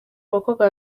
abakobwa